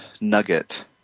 nugget